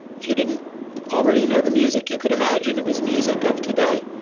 if you didn't already know the music, you could imagine it was music of today.